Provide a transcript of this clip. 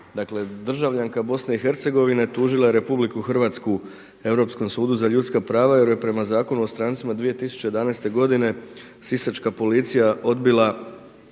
Dakle državljanka BiH tužila je RH Europskom sudu za ljudska prava jer joj prema Zakonu o strancima 2011. godine sisačka policija odbila